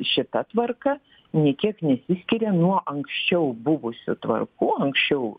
šita tvarka nė kiek nesiskiria nuo anksčiau buvusių tvarkų anksčiau